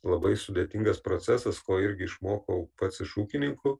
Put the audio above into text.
labai sudėtingas procesas ko irgi išmokau pats iš ūkininkų